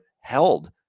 held